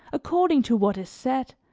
according to what is said,